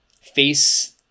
face